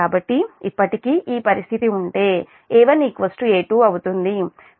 కాబట్టి ఇప్పటికీ ఈ పరిస్థితి ఉంటే A1 A2 అవుతుంది